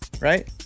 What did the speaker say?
right